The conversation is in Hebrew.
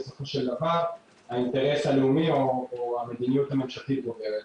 בסופו של דבר האינטרס הלאומי או המדיניות הממשלתית גוברת.